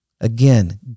Again